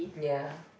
ya